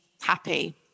happy